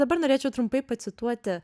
dabar norėčiau trumpai pacituoti